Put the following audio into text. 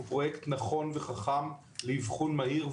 הוא פרויקט נכון וחכם לאבחון מהיר,